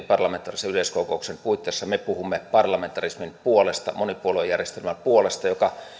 parlamentaarisen yleiskokouksen puitteissa me puhumme parlamentarismin puolesta monipuoluejärjestelmän puolesta joka